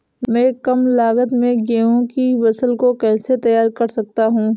मैं कम लागत में गेहूँ की फसल को कैसे तैयार कर सकता हूँ?